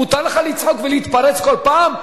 מותר לך לצעוק ולהתפרץ כל פעם?